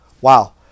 Wow